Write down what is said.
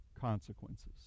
consequences